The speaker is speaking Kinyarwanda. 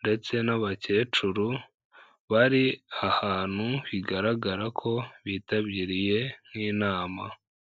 ndetse n'abakecuru bari ahantu bigaragara ko bitabiriye nk'inama.